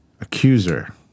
Accuser